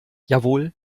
jawohl